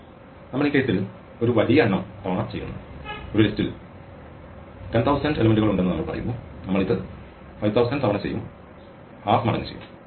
ശരി നമ്മൾ ഈ കേസിൽ ഒരു വലിയ എണ്ണം തവണ ചെയ്യുന്നു ഒരു ലിസ്റ്റിൽ 10000 ഘടകങ്ങൾ ഉണ്ടെന്ന് നമ്മൾ പറയുന്നു നമ്മൾ ഇത് 5000 തവണ ചെയ്യും l2 മടങ്ങ് ചെയ്യും